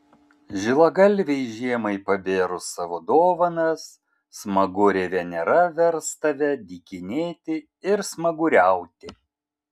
žilagalvei žiemai pabėrus savo dovanas smagurė venera vers tave dykinėti ir smaguriauti